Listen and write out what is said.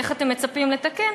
איך אתם מצפים לתקן?